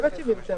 באמת היא מיותרת.